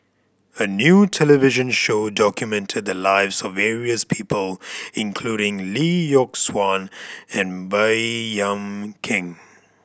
a new television show documented the lives of various people including Lee Yock Suan and Baey Yam Keng